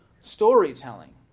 storytelling